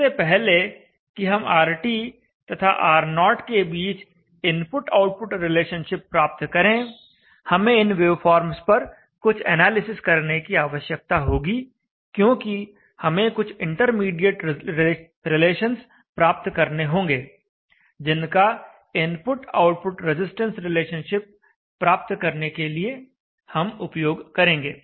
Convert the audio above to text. इससे पहले कि हम RT तथा R0 के बीच इनपुट आउटपुट रिलेशनशिप प्राप्त करें हमें इन वेवफॉर्म्स पर कुछ एनालिसिस करने की आवश्यकता होगी क्योंकि हमें कुछ इंटरमीडिएट रिलेशंस प्राप्त करने होंगे जिनका इनपुट आउटपुट रजिस्टेंस रिलेशनशिप प्राप्त करने के लिए हम उपयोग करेंगे